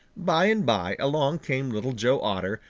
by and by along came little joe otter,